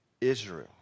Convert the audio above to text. Israel